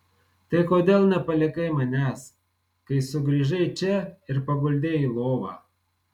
tai kodėl nepalikai manęs kai sugrįžai čia ir paguldei į lovą